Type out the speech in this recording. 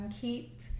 keep